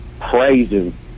Praising